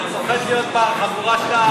אני מפחד להיות בחבורה שאתה רוצה,